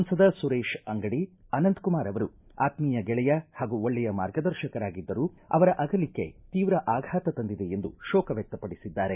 ಸಂಸದ ಸುರೇತ ಅಂಗಡಿ ಅನಂತಕುಮಾರ ಅವರು ಆತ್ಮೀಯ ಗೆಳೆಯ ಹಾಗೂ ಒಳ್ಳೆಯ ಮಾರ್ಗದರ್ಶಕರಾಗಿದ್ದರು ಅವರ ಅಗಲಿಕೆ ತೀವ್ರ ಆಘಾತ ತಂದಿದೆ ಎಂದು ಶೋಕ ವ್ಚಕ್ತಪಡಿಸಿದ್ದಾರೆ